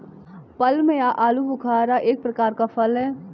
plum या आलूबुखारा एक प्रकार का फल है